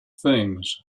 things